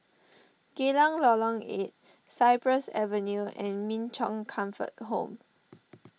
Geylang Lorong eight Cypress Avenue and Min Chong Comfort Home